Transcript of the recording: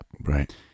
Right